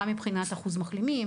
גם מבחינת אחוז מחלימים,